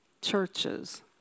churches